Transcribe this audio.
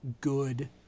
good